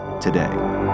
today